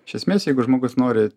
iš esmės jeigu žmogus nori